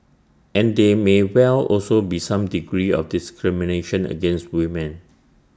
and there may well also be some degree of discrimination against women